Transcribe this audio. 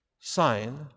sign